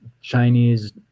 Chinese